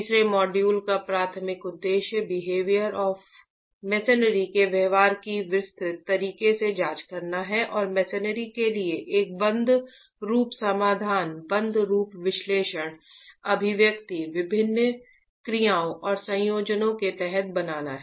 तीसरे मॉड्यूल का प्राथमिक उद्देश्य बिहेवियर हॉफ मेसेनरी के व्यवहार की विस्तृत तरीके से जांच करना है और मेसेनरी के लिए एक बंद रूप समाधान बंद रूप विश्लेषणात्मक अभिव्यक्ति विभिन्न क्रियाओं और संयोजनों के तहत बनाना हैं